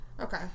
okay